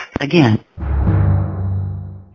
Again